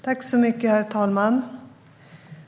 Herr talman!